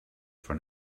for